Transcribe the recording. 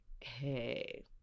hey